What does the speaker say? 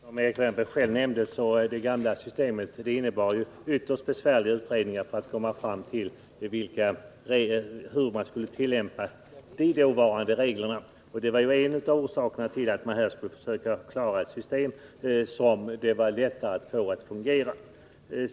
Herr talman! Som Erik Wärnberg själv nämnde innebar det gamla systemet ytterst besvärliga utredningar för att man skulle kunna komma fram till hur man skulle tillämpa de dåvarande reglerna. Detta var ju en av orsakerna till att man ville komma fram till ett system som det var lättare att få att fungera.